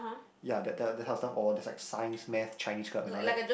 ya that type that kind of stuff or just like science math Chinese club and all that